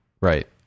right